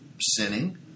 sinning